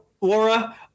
Laura